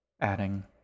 adding